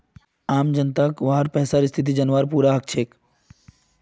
आम जनताक वहार पैसार स्थिति जनवार पूरा हक छेक